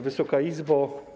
Wysoka Izbo!